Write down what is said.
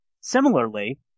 Similarly